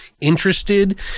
interested